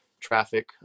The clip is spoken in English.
traffic